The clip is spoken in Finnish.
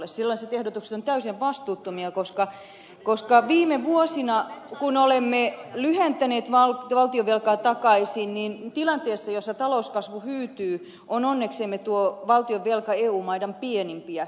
sellaiset ehdotukset ovat täysin vastuuttomia koska kun olemme viime vuosina lyhentäneet valtionvelkaa takaisin niin tilanteessa jossa talouskasvu hyytyy on onneksemme tuo valtionvelka eu maiden pienimpiä